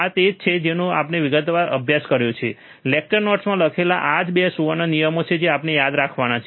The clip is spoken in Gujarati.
આ તે જ છે જેનો આપણે વિગતવાર અભ્યાસ કર્યો છે લેક્ચર નોટ્સમાં લખેલા આ જ 2 સુવર્ણ નિયમો છે જે આપણે યાદ રાખવાના છે